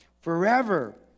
forever